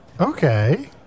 Okay